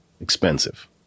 Expensive